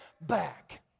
back